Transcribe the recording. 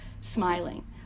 smiling